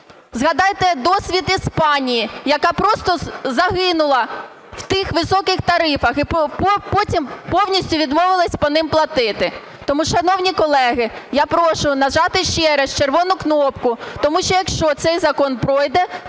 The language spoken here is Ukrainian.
Згадайте досвід Іспанії, яка просто загинула в тих високих тарифах і потім повністю відмовилась по ним платити. Тому, шановні колеги, я ще раз прошу нажати червону кнопку тому що якщо цей закон пройде,